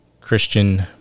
christian